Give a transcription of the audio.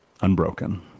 unbroken